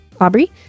aubrey